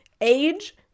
age